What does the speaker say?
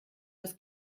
das